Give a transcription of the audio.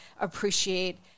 appreciate